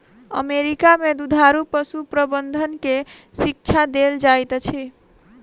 America में दुधारू पशु प्रबंधन के शिक्षा देल जाइत अछि